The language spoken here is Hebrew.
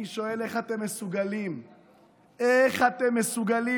אני שואל: איך אתם מסוגלים?